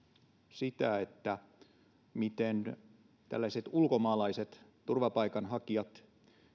sitä miten tällaiset ulkomaalaiset turvapaikanhakijat